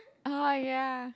oh ya